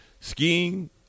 skiing